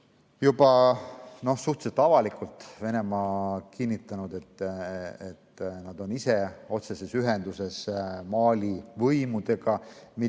ju suhteliselt avalikult kinnitanud, et nad on otseses ühenduses Mali võimudega,